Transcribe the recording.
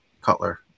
cutler